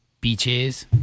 Beaches